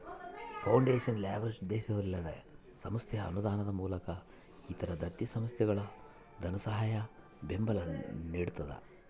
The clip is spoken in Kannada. ಫೌಂಡೇಶನ್ ಲಾಭೋದ್ದೇಶವಿಲ್ಲದ ಸಂಸ್ಥೆ ಅನುದಾನದ ಮೂಲಕ ಇತರ ದತ್ತಿ ಸಂಸ್ಥೆಗಳಿಗೆ ಧನಸಹಾಯ ಬೆಂಬಲ ನಿಡ್ತದ